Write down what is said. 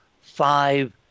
five